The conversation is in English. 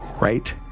right